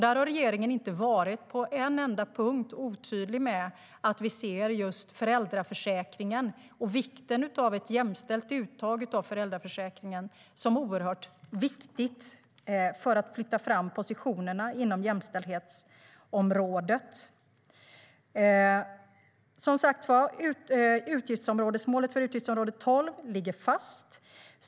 Där har regeringen inte på en enda punkt varit otydlig med att vi ser just föräldraförsäkringen och vikten av ett jämställt uttag av föräldraförsäkringen som oerhört viktigt för att flytta fram positionerna inom jämställdhetsområdet. Målet för utgiftsområde 12 ligger som sagt var fast.